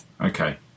okay